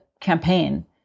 campaign